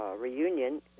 Reunion